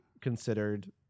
considered